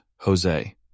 Jose